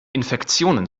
infektionen